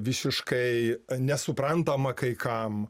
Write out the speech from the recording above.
visiškai nesuprantama kai kam